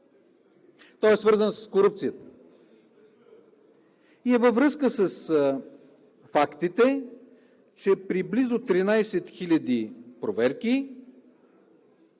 Той е свързан с корупцията и е във връзка с фактите, че при близо 13 хиляди проверки